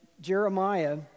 Jeremiah